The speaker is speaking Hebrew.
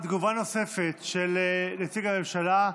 תגובה נוספת של נציג הממשלה,